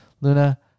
Luna